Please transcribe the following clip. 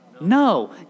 No